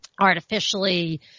artificially